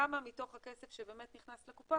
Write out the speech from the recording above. כמה מתוך הכסף שבאמת נכנס לקופה,